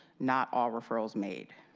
not all referrals made.